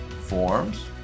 forms